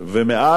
ואז,